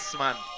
man